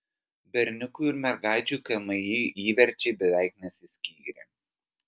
berniukų ir mergaičių kmi įverčiai beveik nesiskyrė